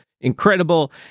incredible